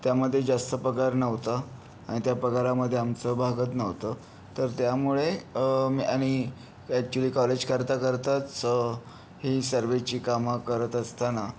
त्यामध्ये जास्त पगार नव्हता आणि त्या पगारामध्ये आमचं भागत नव्हतं तर त्यामुळे आणि ऍक्च्युली कॉलेज करता करताच ही सर्व्हेची काम करत असताना